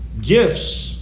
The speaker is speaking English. Gifts